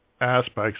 aspects